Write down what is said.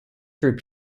through